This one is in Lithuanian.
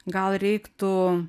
gal reiktų